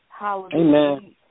Amen